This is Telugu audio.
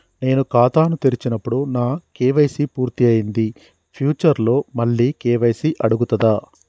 నేను ఖాతాను తెరిచినప్పుడు నా కే.వై.సీ పూర్తి అయ్యింది ఫ్యూచర్ లో మళ్ళీ కే.వై.సీ అడుగుతదా?